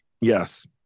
Yes